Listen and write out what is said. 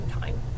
time